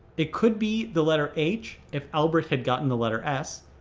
it could be the letter h, if albert had gotten the letter s